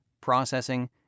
processing